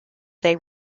they